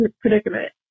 predicament